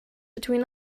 between